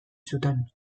zuten